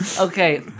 Okay